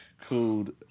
called